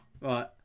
Right